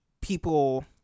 people